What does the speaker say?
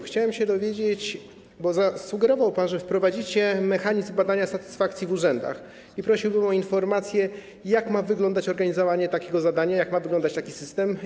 Chciałem się dowiedzieć - bo zasugerował pan, że wprowadzicie mechanizm badania satysfakcji w urzędach - i prosiłbym o informacje, jak ma wyglądać organizowanie takiego zadania, jak ma wyglądać taki system.